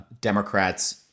Democrats